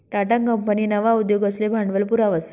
Tata company नवा उद्योगसले भांडवल पुरावस